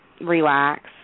relax